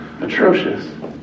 atrocious